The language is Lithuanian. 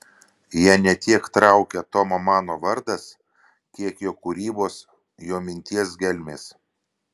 ją ne tiek traukia tomo mano vardas kiek jo kūrybos jo minties gelmės